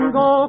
go